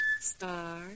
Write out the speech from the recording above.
Star